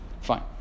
Fine